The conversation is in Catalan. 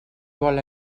vol